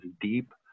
deep